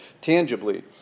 tangibly